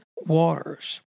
waters